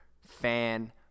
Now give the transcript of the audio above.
fan